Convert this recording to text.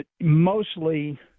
mostly